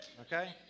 okay